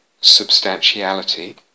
substantiality